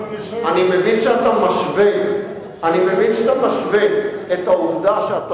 אני מבין שאתה משווה את העובדה שאתה